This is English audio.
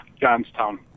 Johnstown